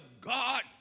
God